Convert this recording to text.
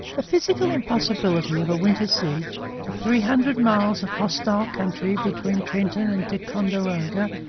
the physical impossibility of a winter siege, the three hundred miles of hostile country between trenton and ticonderoga,